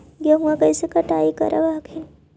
गेहुमा कैसे कटाई करब हखिन?